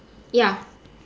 yeah